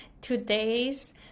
today's